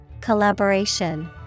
Collaboration